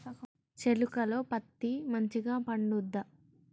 చేలుక లో పత్తి మంచిగా పండుద్దా?